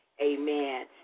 Amen